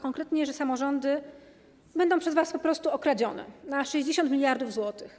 Konkretnie samorządy będą przez was po prostu okradzione na 60 mld zł.